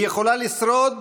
היא יכולה לשרוד